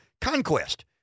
conquest